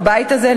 בבית הזה,